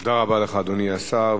תודה רבה לך, אדוני השר.